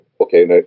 okay